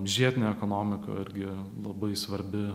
žiedinė ekonomika irgi labai svarbi